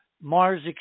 Mars